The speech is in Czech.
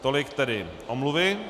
Tolik tedy omluvy.